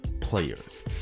players